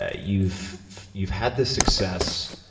ah you've you've had this success,